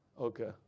Okay